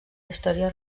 història